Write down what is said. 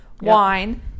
wine